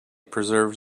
preserves